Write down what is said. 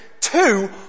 Two